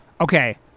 Okay